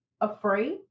afraid